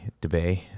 debate